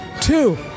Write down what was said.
Two